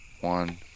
One